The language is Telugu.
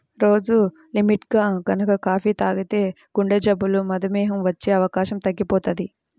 రోజూ లిమిట్గా గనక కాపీ తాగితే గుండెజబ్బులు, మధుమేహం వచ్చే అవకాశం తగ్గిపోతది